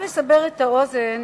רק לסבר את האוזן,